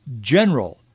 general